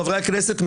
חברי הכנסת,